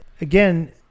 again